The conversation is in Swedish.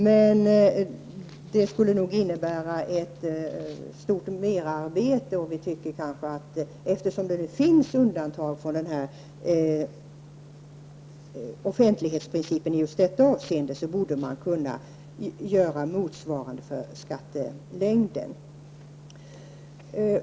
Men det skulle nog innebära ett stort merarbete. Eftersom det nu finns undantag från offentlighetsprincipen i just det här avseendet, borde man kunna göra motsvarande när det gäller skattelängden.